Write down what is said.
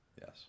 yes